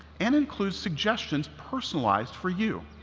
and includes suggestions personalized for you.